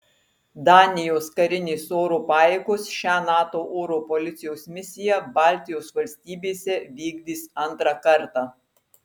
danijos karinės oro pajėgos šią nato oro policijos misiją baltijos valstybėse vykdys antrą kartą